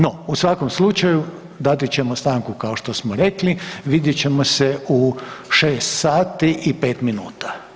No u svakom slučaju dati ćemo stanku kao što smo rekli, vidjet ćemo se u 6 sati i 5 minuta.